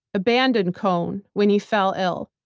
abandoned cohn when he fell ill,